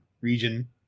region